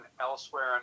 elsewhere